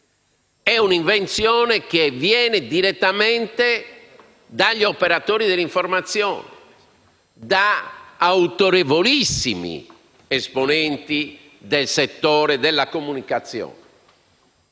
È un'invenzione che viene direttamente dagli operatori dell'informazione, da autorevolissimi esponenti del settore della comunicazione.